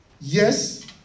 Yes